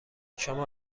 شما